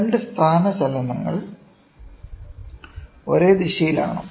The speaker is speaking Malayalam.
രണ്ട് സ്ഥാനചലനങ്ങൾ ഒരേ ദിശയിലാണോ